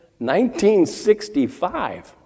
1965